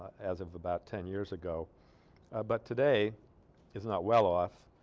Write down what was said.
as of about ten years ago but today is not well off